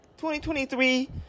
2023